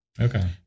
Okay